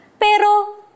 Pero